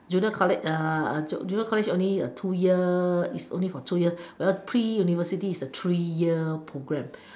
junior college junior college only two year it's only for two years while pre university is a three year program